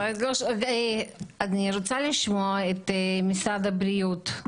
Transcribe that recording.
אני רוצה לשמוע את משרד הבריאות.